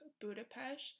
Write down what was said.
Budapest